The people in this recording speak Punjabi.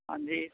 ਹਾਂਜੀ